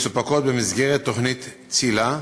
במסגרת תוכנית ציל"ה.